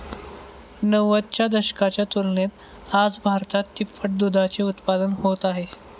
नव्वदच्या दशकाच्या तुलनेत आज भारतात तिप्पट दुधाचे उत्पादन होत आहे